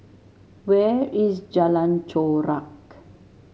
where is Jalan Chorak